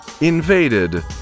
invaded